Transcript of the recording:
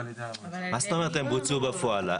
מה זאת אומרת הם ביצעו בפועל?